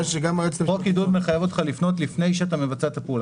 חוק עידוד מחייב אותך לפנות לפני שאתה מבצע את הפעולה.